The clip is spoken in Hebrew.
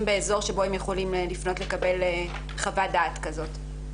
באזור שבו הם יכולים לפנות לקבל חוות דעת כזאת.